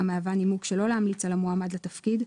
המהווה נימוק שלא להמליץ על המועמד לתפקיד,